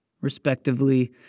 respectively